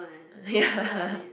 ya